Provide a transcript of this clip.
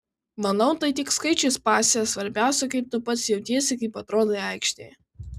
manau tai tik skaičius pase svarbiausia kaip tu pats jautiesi kaip atrodai aikštėje